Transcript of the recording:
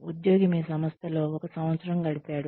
ఉద్యోగి మీ సంస్థలో ఒక సంవత్సరం గడిపాడు